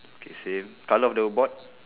okay same colour of the board